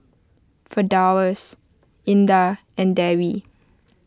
Firdaus Indah and Dewi